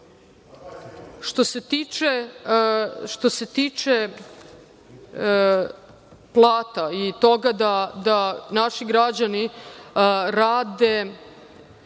se tiče plata i toga da naši građani rade